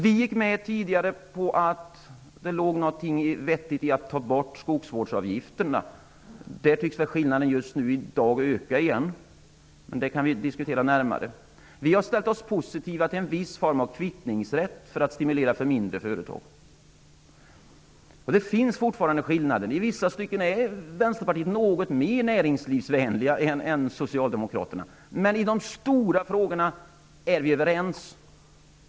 Vi gick tidigare med på att det låg något vettigt i att ta bort skogsvårdsavgifterna. I den frågan tycks skillnaderna nu öka igen, men det kan vi diskutera närmare. Vi har ställt oss positiva till en viss form av kvittningsrätt för att stimulera mindre företag. Det finns fortfarande skillnader. I vissa stycken är Socialdemokraterna, men i de stora frågorna är vi överens.